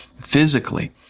physically